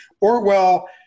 orwell